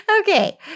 Okay